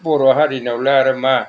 बर' हारिनावलाय आरो मा